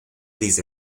these